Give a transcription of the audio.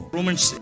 Romans